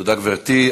תודה, גברתי.